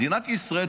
מדינת ישראל,